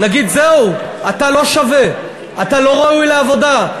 נגיד: זהו, אתה לא שווה, אתה לא ראוי לעבודה?